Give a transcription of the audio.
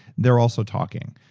they're also talking,